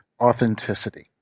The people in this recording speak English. authenticity